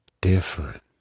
different